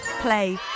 play